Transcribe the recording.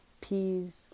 peas